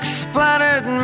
splattered